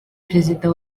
perezida